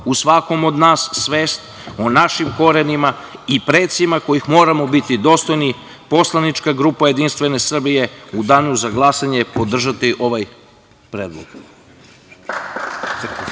u svakom od nas svest o našim korenima i precima kojih moramo biti dostojni, poslanička grupa JS u Danu za glasanje će podržati ovaj predlog.